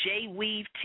J-Weave